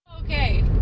okay